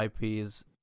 IPs